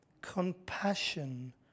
compassion